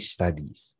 Studies